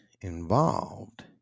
involved